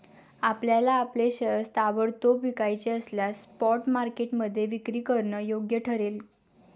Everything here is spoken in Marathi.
आपल्याला आपले शेअर्स ताबडतोब विकायचे असल्यास स्पॉट मार्केटमध्ये विक्री करणं योग्य ठरेल